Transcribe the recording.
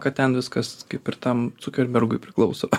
kad ten viskas kaip ir tam cukerbergui priklauso